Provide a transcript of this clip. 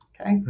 Okay